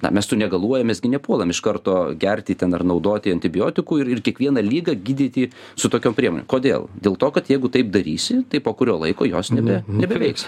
na mes sunegaluojam mes gi nepuolam iš karto gerti ten ar naudoti antibiotikų ir ir kiekvieną ligą gydyti su tokiom priemonėm kodėl dėl to kad jeigu taip darysi tai po kurio laiko jos nebe nebeveiks